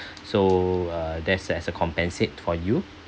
so uh that's as a compensate for you